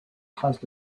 traces